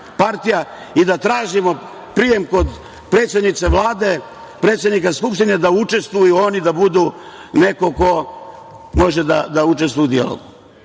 i da tražimo prijem kod predsednice Vlade, predsednika Skupštine, da učestvuju oni, da budu neko ko može da učestvuje u dijalogu. Pa,